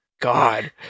god